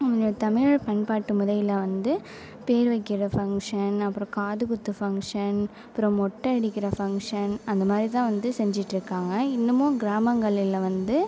இந்த தமிழர் பண்பாட்டு முறையில் வந்து பேரு வைக்கிற ஃபங்ஷன் அப்றம் காது குத்து ஃபங்ஷன் அப்றம் மொட்டை அடிக்கின்ற ஃபங்ஷன் அந்த மாதிரி தான் வந்து செஞ்சிட்டு இருக்காங்க இன்னமும் கிராமங்களில் வந்து